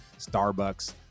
starbucks